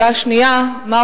1. כיצד יפוצו חולים אלה?